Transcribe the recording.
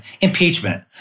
impeachment